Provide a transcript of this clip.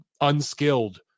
unskilled